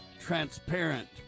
transparent